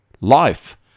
life